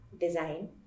design